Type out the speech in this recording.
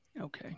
Okay